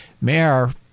mayor